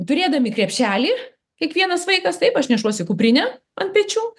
turėdami krepšelį kiekvienas vaikas taip aš nešuosi kuprinę ant pečių